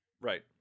Right